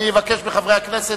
אני מבקש מחברי הכנסת,